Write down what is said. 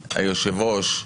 היושב-ראש,